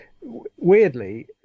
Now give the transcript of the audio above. Weirdly